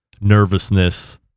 nervousness